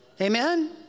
Amen